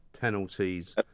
penalties